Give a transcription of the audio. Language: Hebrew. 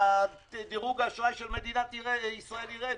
דירוג האשראי של מדינת ישראל יירד,